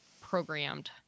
programmed